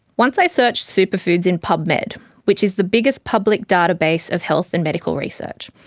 once i searched superfoods in pubmed, which is the biggest public database of health and medical research.